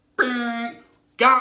Got